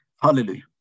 Hallelujah